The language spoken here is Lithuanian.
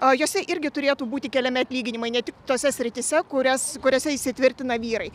o jose irgi turėtų būti keliami atlyginimai ne tik tose srityse kurias kuriose įsitvirtina vyrai